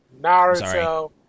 Naruto